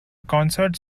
concerts